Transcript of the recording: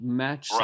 match